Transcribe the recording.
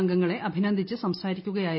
അംഗങ്ങളെ അഭിനന്ദിച്ച് സംസാരിക്കുകയായിരുന്നു